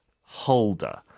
holder